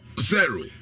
zero